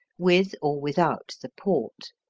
with or without the port.